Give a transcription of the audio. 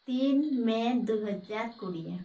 ତିନ ମେ' ଦୁଇ ହଜାର କୋଡ଼ିଏ